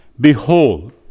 behold